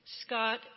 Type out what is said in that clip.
Scott